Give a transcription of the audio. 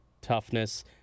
toughness